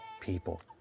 people